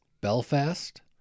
belfast